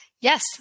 Yes